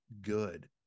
good